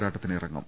രാട്ടത്തിനിറങ്ങും